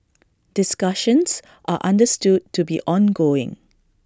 discussions are understood to be ongoing